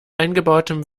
eingebautem